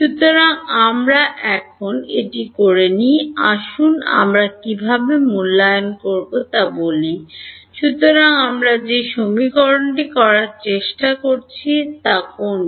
সুতরাং আমরা এখন এটি করে নিই আসুন আমরা কীভাবে মূল্যায়ন করব তা বলি সুতরাং আমরা যে সমীকরণটি করার চেষ্টা করছি তা কোনটি